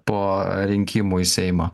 po rinkimų į seimą